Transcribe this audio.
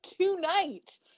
tonight